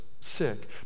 sick